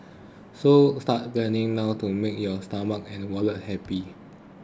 so start planning now to make your stomach and wallets happy